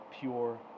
pure